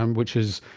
um which is,